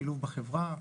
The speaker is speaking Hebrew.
שילוב בחברה,